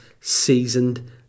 seasoned